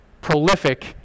prolific